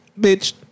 bitch